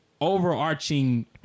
overarching